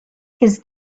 his